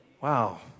Wow